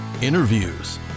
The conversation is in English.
interviews